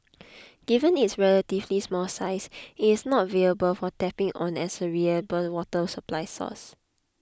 given its relatively small size it is not viable for tapping on as a reliable water supply source